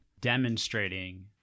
demonstrating